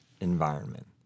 environment